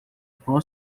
pro